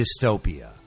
dystopia